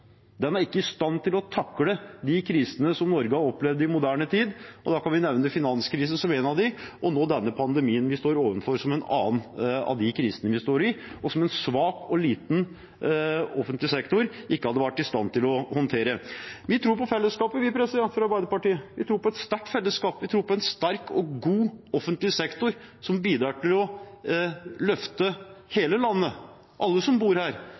er i stand til å takle de krisene som Norge har opplevd i moderne tid. Da kan vi nevne finanskrisen som en av dem, og nå denne pandemien vi står overfor, som en annen av de krisene som en svak og liten offentlig sektor ikke hadde vært i stand til å håndtere. Vi i Arbeiderpartiet tror på fellesskapet, vi tror på et sterkt fellesskap, vi tror på en sterk og god offentlig sektor som bidrar til å løfte hele landet, alle som bor her,